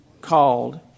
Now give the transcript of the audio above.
called